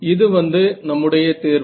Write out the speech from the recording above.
இது வந்து நம்முடைய தேர்வு